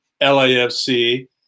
LAFC